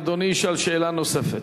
אדוני ישאל שאלה נוספת.